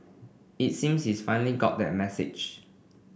it seems he's finally got that message